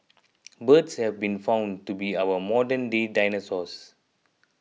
birds have been found to be our modernday dinosaurs